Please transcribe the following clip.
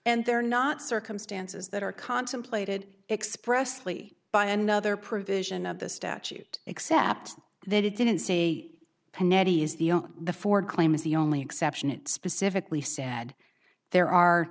and they're not circumstances that are contemplated expressed lee by another provision of the statute except that it didn't say pernetti is the on the ford claim is the only exception it specifically said there are